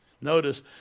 Notice